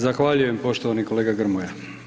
Zahvaljujem poštovani kolega Grmoja.